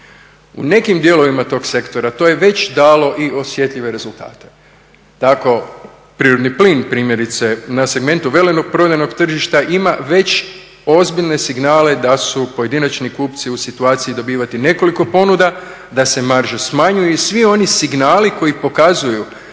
U nekim dijelovima tog sektora to je već dalo i osjetljive rezultate. Tako prirodni plin primjerice na segmentu veleprodajnog tržišta ima već ozbiljne signale da su pojedinačni kupci u situaciji dobivati nekoliko ponuda, da se marže smanjuju i svi oni signali koji pokazuju